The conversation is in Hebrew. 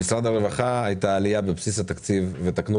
במשרד הרווחה הייתה עלייה בבסיס התקציב - ואם אני טועה